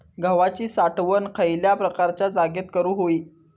गव्हाची साठवण खयल्या प्रकारच्या जागेत करू होई?